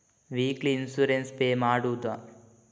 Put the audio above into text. Weekly insurance pay ಮಾಡುವುದ?